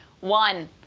One